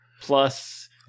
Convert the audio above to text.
Plus